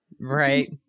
Right